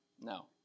No